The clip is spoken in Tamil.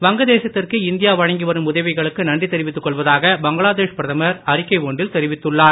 வங்க தேசத்திற்கு இந்தியாவழங்கி வரும் உதவிகளுக்கு தெரிவித்துக் கொள்வதாக பங்களாதேஷ் பிரதமர் அறிக்கை நன்றி ஒன்றில் தெரிவித்துள்ளார்